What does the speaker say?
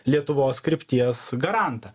lietuvos krypties garantą